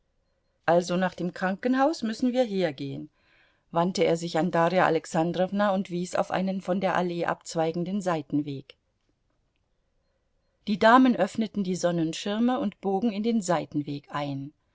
also nach dem krankenhaus müssen wir hier gehen wandte er sich an darja alexandrowna und wies auf einen von der allee abzweigenden seitenweg die damen öffneten die sonnenschirme und bogen in den seitenweg ein